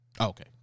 Okay